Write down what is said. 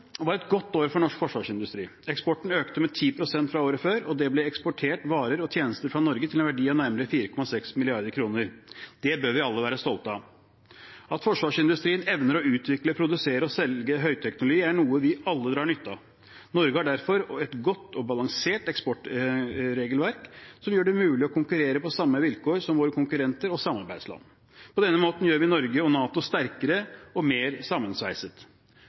var et godt år for norsk forsvarsindustri. Eksporten økte med 10 pst. fra året før, og det ble eksportert varer og tjenester fra Norge til en verdi av nærmere 4,6 mrd. kr. Det bør vi alle være stolte av. At forsvarsindustrien evner å utvikle, produsere og selge høyteknologi, er noe vi alle drar nytte av. Norge har derfor et godt og balansert eksportregelverk som gjør det mulig å konkurrere på samme vilkår som våre konkurrenter og samarbeidsland. På denne måten gjør vi Norge og NATO sterkere og mer sammensveiset.